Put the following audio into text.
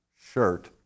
shirt